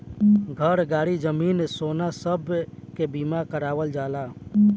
घर, गाड़ी, जमीन, सोना सब के बीमा करावल जाला